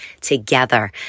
together